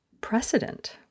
precedent